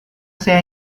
saya